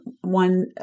one